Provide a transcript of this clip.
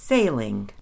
Sailing